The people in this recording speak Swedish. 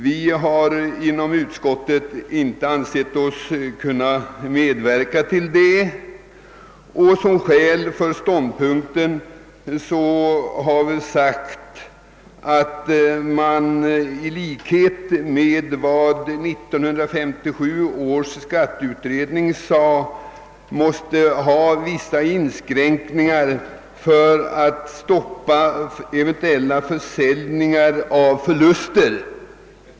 Vi har inom utskottet inte ansett oss kunna medverka till en sådan ändring. Som skäl för vår ståndpunkt har vi i likhet med 1957 års skatteutredning anfört att det måste finnas vissa inskränkningar i denna rätt för att stoppa eventuella försäljningar av förluster.